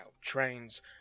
trains